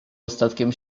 ostatkiem